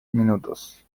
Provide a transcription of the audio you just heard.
minutos